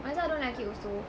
I myself don't like it also